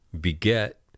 beget